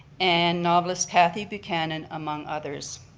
and novelist cathy buchanan among others.